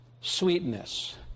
sweetness